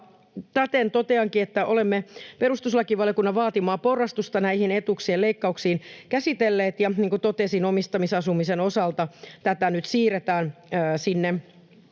Täten toteankin, että olemme perustuslakivaliokunnan vaatimaa porrastusta näihin etuuksien leikkauksiin käsitelleet, ja niin kuin totesin, omistamisasumisen osalta tätä nyt siirretään sinne